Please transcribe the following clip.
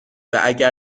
واگر